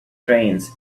trains